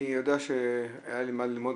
אני יודע שהיה לי מה ללמוד,